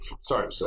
Sorry